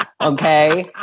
Okay